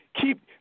Keep